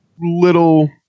little